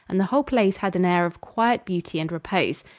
and the whole place had an air of quiet beauty and repose.